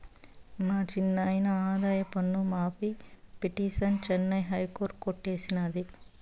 మా చిన్నాయిన ఆదాయపన్ను మాఫీ పిటిసన్ చెన్నై హైకోర్టు కొట్టేసినాది